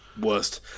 Worst